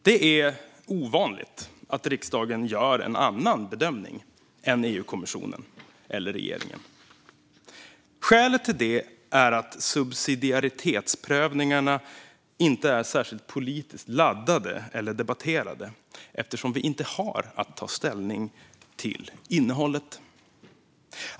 Det är ovanligt att riksdagen gör en annan bedömning än EU-kommissionen eller regeringen. Skälet till det är att subsidiaritetsprövningarna inte är särskilt politiskt laddade eller debatterade eftersom vi inte har att ta ställning till innehållet.